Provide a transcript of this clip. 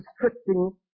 restricting